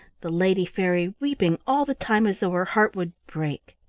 the lady fairy weeping all the time as though her heart would break.